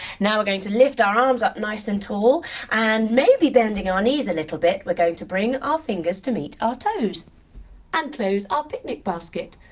now we're going to lift our arms up nice and tall and maybe bending our knees a little bit, we're going to bring our fingers to meet our toes and close our picnic basket.